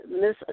Miss